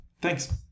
thanks